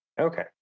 Okay